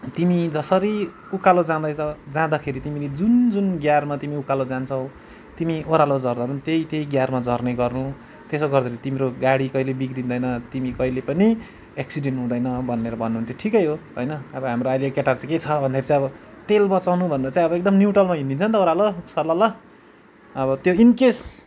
तिमी जसरी उकालो जाँदैछ जाँदाखेरि तिमीले जुन जुन गियरमा तिमी उकालो जान्छौ तिमी ओह्रालो झर्दा पनि त्यही त्यही गियरमा झर्ने गर्नु त्यसो गर्दाखेरि तिम्रो गाडी कहिल्यै बिग्रिँदैन तिमी कहिल्यै पनि एक्सिडेन्ट हुँदैन भनेर भन्नुहुन्थ्यो ठिकै हो होइन अब हाम्रो अहिलेको केटाहरू चाहिँ के छ भन्दाखेरि चाहिँ अब तेल बचाउनु भनेर चाहिँ अब एकदम न्युट्रलमा हिँडिदिन्छ नि त ओह्रालो सलल अब त्यो इन्केस